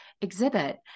exhibit